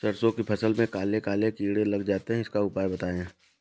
सरसो की फसल में काले काले कीड़े लग जाते इसका उपाय बताएं?